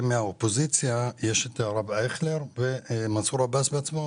מהאופוזיציה חבר בה חבר הכנסת הרב אייכלר ומנסור עבאס בעצמו.